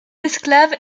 esclaves